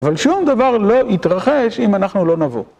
אבל שום דבר לא יתרחש אם אנחנו לא נבוא.